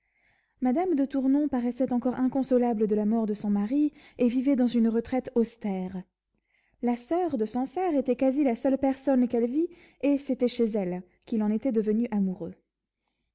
madame de tournon paraissait encore inconsolable de la mort de son mari et vivait dans une retraite austère la soeur de sancerre était quasi la seule personne qu'elle vit et c'était chez elle qu'il en était devenu amoureux